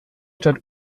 stadt